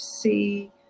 see